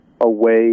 away